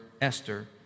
Esther